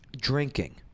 Drinking